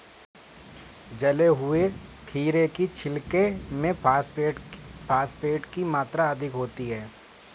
जले हुए खीरे के छिलके में फॉस्फेट की मात्रा अधिक होती है